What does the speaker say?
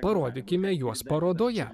parodykime juos parodoje